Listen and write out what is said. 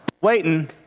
waiting